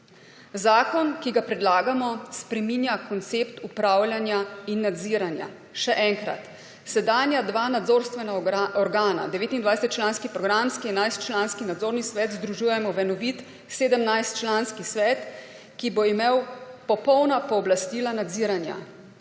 Zakon, ki ga predlagamo, spreminja koncept upravljanja in nadziranja. Še enkrat, sedanja dva nadzorstvena organa, 29-članski programski in 11-članski nadzorni svet, združujemo v enovit 17-članski svet, ki bo imel popolna pooblastila nadziranja.